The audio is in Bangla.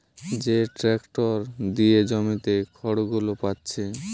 যে ট্যাক্টর দিয়ে জমিতে খড়গুলো পাচ্ছে